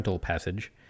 passage